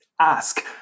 ask